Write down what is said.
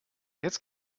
jetzt